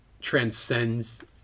transcends